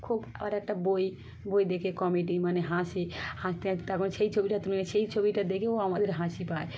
খুব আবার একটা বই বই দেখে কমেডি মানে হাসি হাসতে হতে তখন সেই ছবিটা তুমি সেই ছবিটা দেখেও আমাদের হাসি পায়